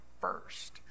first